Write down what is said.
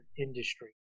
industry